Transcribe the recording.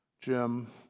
jim